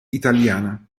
italiana